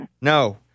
No